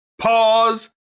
pause